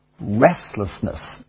Restlessness